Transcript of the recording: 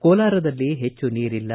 ಕೋಲಾರದಲ್ಲಿ ಹೆಚ್ಚು ನೀರಿಲ್ಲ